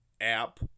app